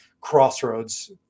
crossroads